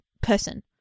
person